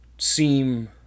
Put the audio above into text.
seem